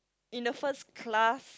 in the first class